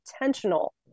intentional